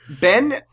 Ben